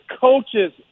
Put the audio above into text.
coaches